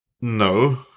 No